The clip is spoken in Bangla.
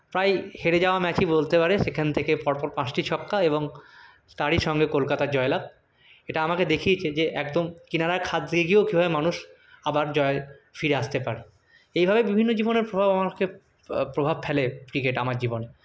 প্রায় হেরে যাওয়া ম্যাচই বলতে পারে সেখান থেকে পরপর পাঁচটি ছক্কা এবং তারই সঙ্গে কলকাতার জয়লাভ এটা আমাকে দেখিয়েছে যে একদম কিনারা খাদ দিয়ে গিয়েও কীভাবে মানুষ আবার জয়ে ফিরে আসতে পারে এইভাবে বিভিন্ন জীবনে প্রভাব আমাকে প্রভাব ফেলে ক্রিকেট আমার জীবনে